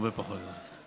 הרבה פחות מזה.